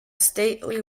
stately